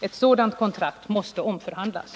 Ett sådant kontrakt måste omförhandlas.